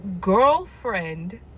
girlfriend